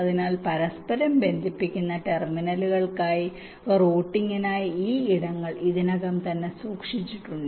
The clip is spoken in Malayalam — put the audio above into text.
അതിനാൽ പരസ്പരം ബന്ധിപ്പിക്കുന്ന ടെർമിനലുകൾക്കായി റൂട്ടിംഗിനായി ഈ ഇടങ്ങൾ ഇതിനകം തന്നെ സൂക്ഷിച്ചിട്ടുണ്ട്